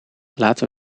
laten